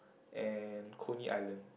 and Coney-Island